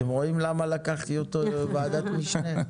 אתם רואים למה לקחתי אותו לוועדת משנה,